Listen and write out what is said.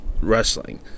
wrestling